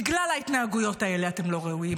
בגלל ההתנהגויות האלה אתם לא ראויים.